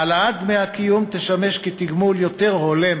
העלאת דמי הקיום תשמש כתגמול יותר הולם